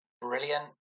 brilliant